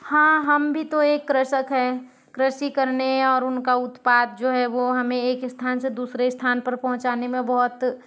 हाँ हम भी तो एक कृषक हैं कृषि करने और उनका उत्पाद जो है वो हमें एक स्थान से दूसरे स्थान पर पहुँचाने में बहुत